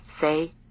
say